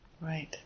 Right